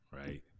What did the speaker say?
right